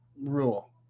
rule